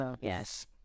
Yes